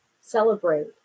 celebrate